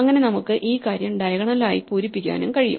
അങ്ങിനെ നമുക്ക് ഈ കാര്യം ഡയഗണലായി പൂരിപ്പിക്കാനും കഴിയും